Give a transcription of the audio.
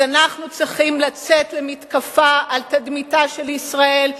אז אנחנו צריכים לצאת למתקפה על תדמיתה של ישראל.